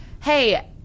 Hey